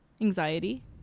anxiety